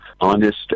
honest